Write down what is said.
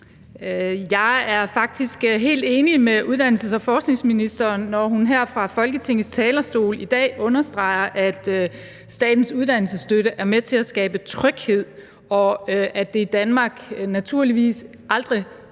Jeg er faktisk helt enig med uddannelses- og forskningsministeren, når hun her fra Folketingets talerstol i dag understreger, at Statens Uddannelsesstøtte er med til at skabe tryghed, og at det i Danmark naturligvis aldrig